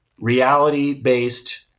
reality-based